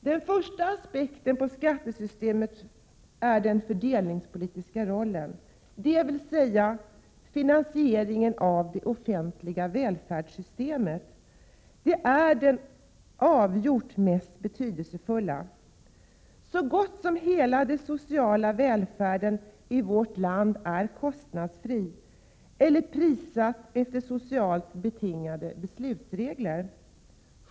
Den första aspekten på skattesystemet är den fördelningspolitiska rollen — finansieringen av det offentliga välfärdssystemet. Denna aspekt är den avgjort mest betydelsefulla. Så gott som hela den sociala välfärden i vårt land är kostnadsfri eller prissatt efter socialt betingade beslutsregler.